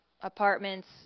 apartments